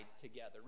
together